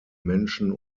menschen